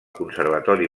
conservatori